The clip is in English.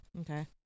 Okay